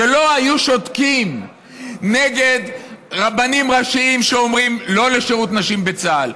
שלא היו שותקים נגד רבנים ראשיים שאומרים "לא" לשירות נשים בצה"ל,